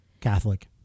Catholic